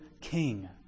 king